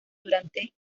durante